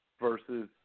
versus